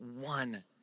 one